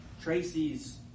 Tracy's